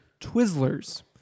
Twizzlers